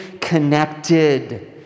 connected